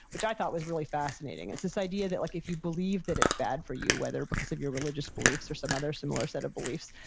which i thought was really fascinating. it's this idea that like if you believe that it's bad for you whether because of your religious beliefs or some other similar set of beliefs,